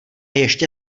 ještě